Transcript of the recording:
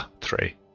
Three